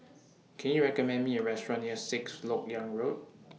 Can YOU recommend Me A Restaurant near Sixth Lok Yang Road